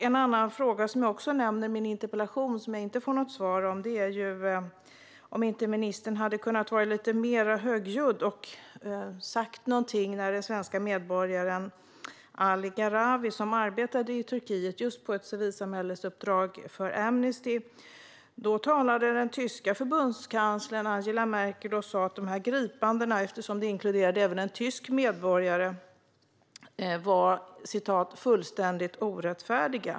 En annan fråga som jag nämner i min interpellation, men som jag inte fick något svar på är om ministern inte hade kunnat vara mer högljudd och sagt någonting om gripandet av den svenske medborgaren Ali Gharavi som arbetade i Turkiet på ett civilsamhällesuppdrag för Amnesty? Den tyska förbundskanslern Angela Merkel sa då att dessa gripanden - eftersom de inkluderade även en tysk medborgare - var "fullständigt orättfärdiga".